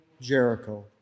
Jericho